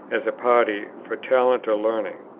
as a party, for talent or learning.